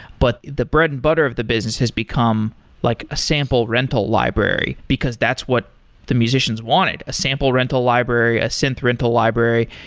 but the bread and butter of the business has become like a sample rental library, because that's what the musicians wanted, a sample rental library, a synth rental library.